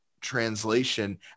translation